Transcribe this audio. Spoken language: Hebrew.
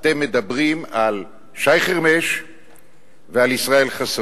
אתם מדברים על שי חרמש ועל ישראל חסון.